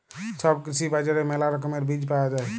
ছব কৃষি বাজারে মেলা রকমের বীজ পায়া যাই